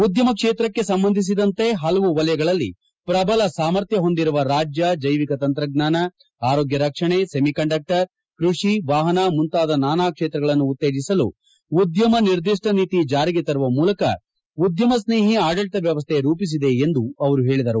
ಉದ್ದಮ ಕ್ಷೇತಕ್ಷೆ ಸಂಬಂಧಿಸಿದಂತೆ ಪಲವು ವಲಯಗಳಲ್ಲಿ ಕ್ರಬಲ ಸಾಮರ್ಥ್ಯ ಪೊಂದಿರುವ ರಾಜ್ಯ ಜೈವಿಕ ತಂತ್ರಜ್ಞಾನ ಆರೋಗ್ಯ ರಕ್ಷಣೆ ಸೆಮಿ ಕಂಡಕ್ಷರ್ ಕೃಷಿ ವಾಪನ ಮುಂತಾದ ನಾನಾ ಕ್ಷೇತ್ರಗಳನ್ನು ಉತ್ತೇಜಿಸಲು ಉದ್ದಮ ನಿರ್ಧಿಷ್ಟ ನೀತಿ ಜಾರಿಗೆ ತರುವ ಮೂಲಕ ಉದ್ದಮ ಸ್ನೇಹಿ ಆಡಳಿತ ವ್ವವಸ್ಥೆ ರೂಪಿಸಿದೆ ಎಂದು ಆವರು ಪೇಳಿದರು